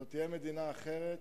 זו תהיה מדינה אחרת